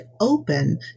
open